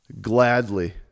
gladly